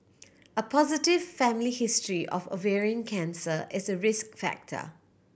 a positive family history of ovarian cancer is a risk factor